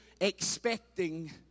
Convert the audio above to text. expecting